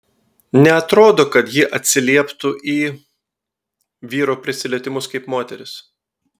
neatrodo kad ji atsilieptų į vyro prisilietimus kaip moteris